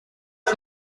das